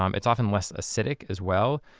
um it's often less acidic as well.